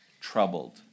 troubled